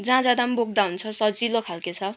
जहाँ जाँदा पनि बोक्दा हुन्छ सजिलो खालके छ